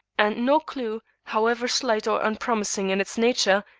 and no clue, however slight or unpromising in its nature,